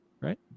right